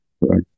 right